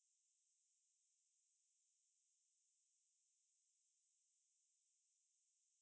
then where the camp is for three days so we plan all nicely already then after that err on